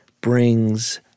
brings